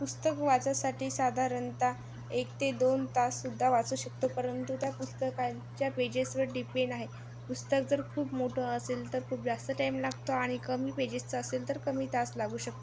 पुस्तक वाचायसाठी साधारणतः एक ते दोन तास सुद्धा वाचू शकतो परंतु त्या पुस्तकांच्या पेजेसवर डिपेंड आहे पुस्तक जर खूप मोठं असेल तर खूप जास्त टाईम लागतो आणि कमी पेजेसचं असेल तर कमी तास लागू शकतो